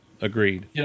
Agreed